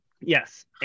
Yes